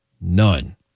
None